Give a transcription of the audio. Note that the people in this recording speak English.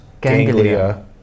ganglia